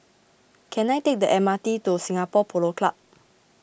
can I take the M R T to Singapore Polo Club